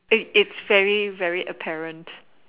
it it's very very apparent